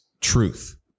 truth